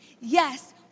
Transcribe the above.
Yes